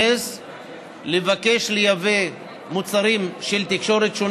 לבקש לייבא מוצרים שונים של תקשורת.